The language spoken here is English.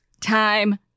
Time